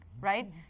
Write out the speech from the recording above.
Right